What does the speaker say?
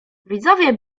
widzowie